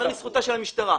ייאמר לזכותה של המשטרה.